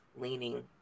leaning